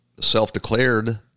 self-declared